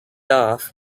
off